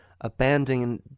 abandoning